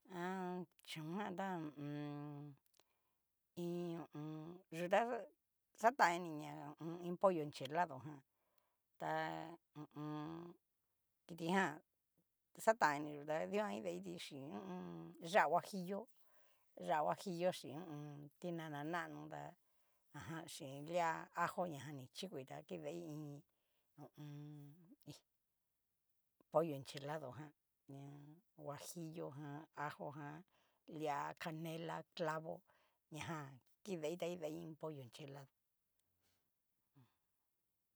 Ha. chón jan ta ho o on. iin ho o on. yuta xataniniña hu u un, iin pollo enchilado jan, ta hu u un. kitjan xataini yú ta dikua kidaiti xhín hu u un. yá'a huajillo, yá'a huajillo xhín hu u un. ti nana nano tá ajan xhin lia ajo ñajan ni chikoi ta kidai, iin ho o on. hí pollo enchilado ján ñá huajillo jan ajo jan, lia canela clavo ñajan kidai taidai iin pollo enchilado.